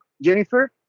Jennifer